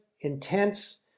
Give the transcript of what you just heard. intense